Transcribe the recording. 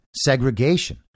segregation